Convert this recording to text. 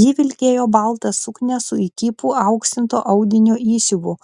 ji vilkėjo baltą suknią su įkypu auksinto audinio įsiuvu